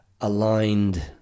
aligned